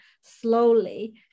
slowly